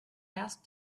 asked